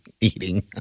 Eating